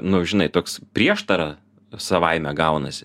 nu žinai toks prieštara savaime gaunasi